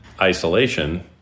isolation